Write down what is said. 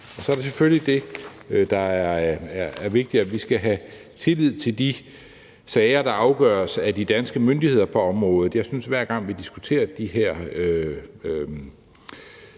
Så er der selvfølgelig også noget andet, der er vigtigt, nemlig at vi skal have tillid til afgørelsen i de sager, der afgøres af de danske myndigheder på området. Jeg synes, at hver gang vi diskuterer de sager,